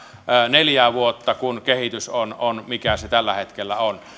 neljää vuotta kun kehitys on on mikä se tällä hetkellä on